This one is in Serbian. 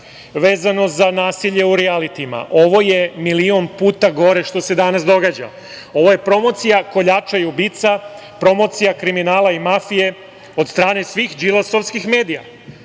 vezano za nasilje u rijalitijima. Ovo je milion puta gore, što se danas događa. Ovo je promocija koljača i ubica, promocija kriminala i mafije, od stane svih Đilasovskih medija. Da